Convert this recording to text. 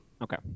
Okay